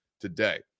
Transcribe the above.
today